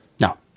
No